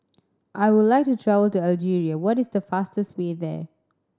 I would like to travel to Algeria what is the fastest way there